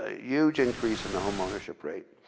ah huge increase in the home ownership rate.